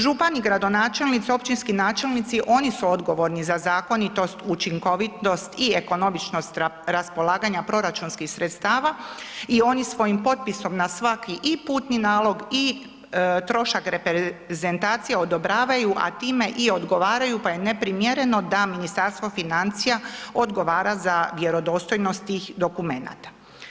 Župani i gradonačelnici, općinski načelnici, oni su odgovorni za zakonitost, učinkovitost i ekonomičnost raspolaganja proračunskih sredstava i oni svojim potpisom na svaki i putni nalog i trošak reprezentacije odobravaju, a time i odgovaraju pa je neprimjereno da Ministarstvo financija odgovara za vjerodostojnost tih dokumenata.